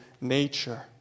nature